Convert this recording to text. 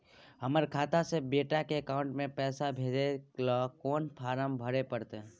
हमर खाता से बेटा के अकाउंट में पैसा भेजै ल कोन फारम भरै परतै?